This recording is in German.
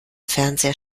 fernseher